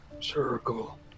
circle